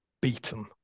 beaten